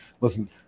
Listen